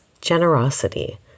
generosity